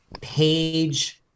page